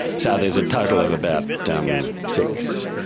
so there's a total of about um six,